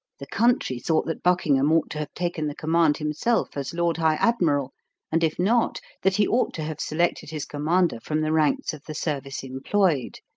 the country thought that buckingham ought to have taken the command himself, as lord high admiral and if not, that he ought to have selected his commander from the ranks of the service employed.